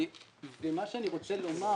אני רוצה לומר